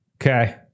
okay